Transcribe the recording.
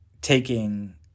taking